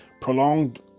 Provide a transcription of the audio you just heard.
Prolonged